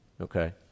okay